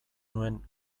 nuen